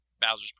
Bowser's